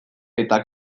eta